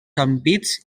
ampits